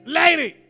lady